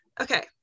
Okay